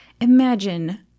Imagine